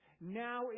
Now